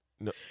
no